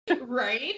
Right